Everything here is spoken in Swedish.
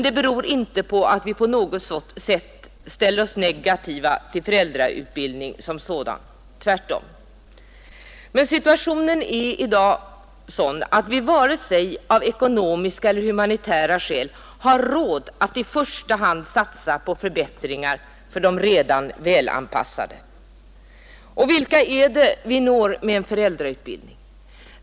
Det beror inte på att vi på något sätt ställer oss negativa till föräld rautbildning som sådan, tvärtom. Men situationen är i dag sådan att vi varken av ekonomiska eller humanitära skäl har råd att i första hand satsa på förbättringar för de redan välanpassade, och vilka är det vi når med en föräldrautbildning?